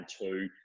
two